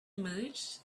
emerged